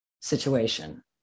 situation